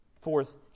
Fourth